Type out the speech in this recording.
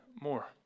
more